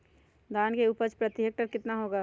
धान की उपज प्रति हेक्टेयर कितना है?